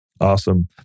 Awesome